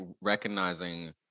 recognizing